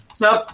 Nope